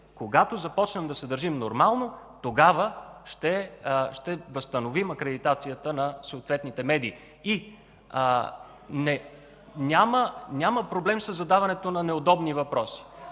когато започнем да се държим нормално, тогава ще възстановим акредитацията на съответните медии. Няма проблем със задаването на неудобни въпроси.